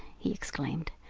he exclaimed.